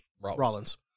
Rollins